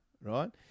right